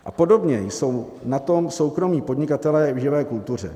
A podobně jsou na tom soukromí podnikatelé i v živé kultuře.